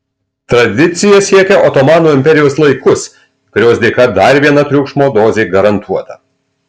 tradicija siekia otomano imperijos laikus kurios dėka dar viena triukšmo dozė garantuota